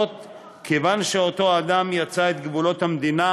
כיוון שאותו אדם יצא את גבולות המדינה,